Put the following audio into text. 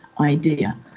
idea